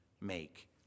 make